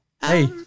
Hey